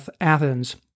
athens